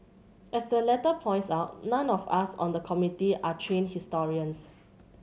as the letter points out none of us on the Committee are trained historians